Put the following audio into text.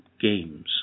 games